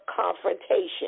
confrontation